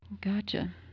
Gotcha